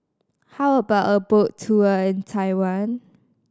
how about a boat tour in Taiwan